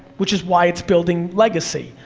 which is why it's building legacy.